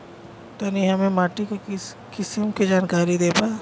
तनि हमें माटी के किसीम के जानकारी देबा?